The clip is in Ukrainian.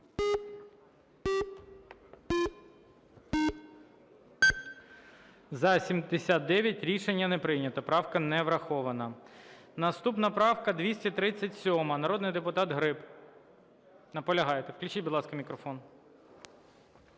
За-79. Рішення не прийнято. Правка не врахована. Наступна правка 237. Народний депутат Гриб. Наполягаєте. Включіть, будь ласка, мікрофон.